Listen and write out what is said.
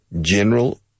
general